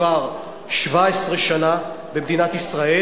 כבר 17 שנה במדינת ישראל.